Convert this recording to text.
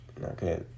Okay